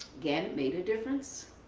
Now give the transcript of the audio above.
again made a difference.